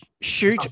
Shoot